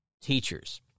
teachers